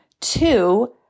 two